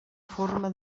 forma